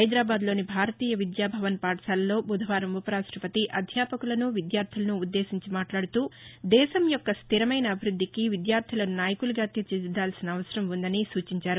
హైదరాబాద్లోని భారతీయ విద్యాభవన్ పాఠశాలలో బుధవారం ఉప రాష్టపతి అధ్యాపకులను విద్యార్లలను ఉద్దేశించి మాట్లాడుతూదేశంయొక్క స్లిరమైన అభివృద్ధికి విద్యార్థులను నాయకులుగా తీర్చిదిద్గాల్సిన అవసరం ఉందని సూచించారు